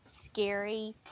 scary